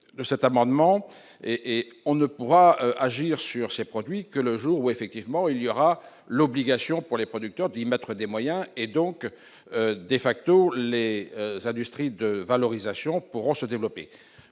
de cet amendement et on ne pourra agir sur ces produits que le jour où effectivement il y aura l'obligation pour les producteurs d'y mettre des moyens et donc des facto les industries de valorisation pourront se développer,